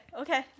okay